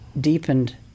deepened